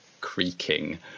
creaking